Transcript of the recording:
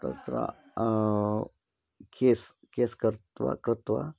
तत्र केस् केस् कृत्वा कृत्वा